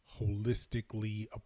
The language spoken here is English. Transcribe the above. holistically